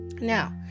Now